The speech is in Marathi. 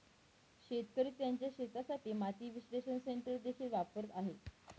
शेतकरी त्यांच्या शेतासाठी माती विश्लेषण सेन्सर देखील वापरत आहेत